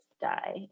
die